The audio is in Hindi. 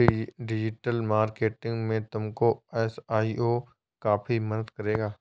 डिजिटल मार्केटिंग में तुमको एस.ई.ओ काफी मदद करेगा